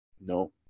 no